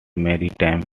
maritime